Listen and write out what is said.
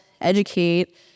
educate